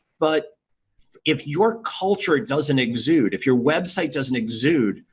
but if your culture doesn't exude, if your website doesn't exude,